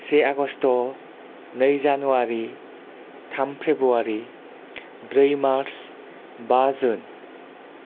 से आगस्ट' नै जानुवारि थाम फेब्रुवारि ब्रै मार्च बा जुन